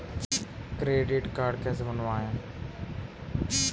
Credit card कैसे बनवाएँ?